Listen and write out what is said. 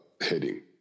heading